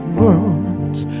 words